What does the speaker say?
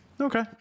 okay